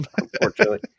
Unfortunately